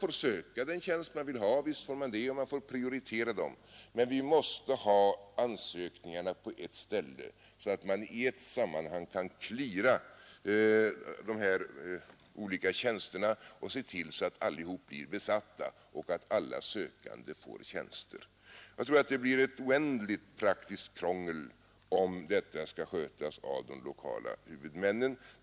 Man skall få söka olika tjänster och prioritera dem, men ansökningarna måste finnas på ett ställe där de kan bli föremål för clearing så att alla tjänster blir besatta och alla sökande får en tjänst. Jag tror att det blir ett oändligt praktiskt krångel om detta skall skötas av de lokala huvudmännen.